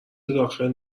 داخل